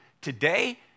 today